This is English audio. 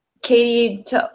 Katie